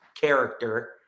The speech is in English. character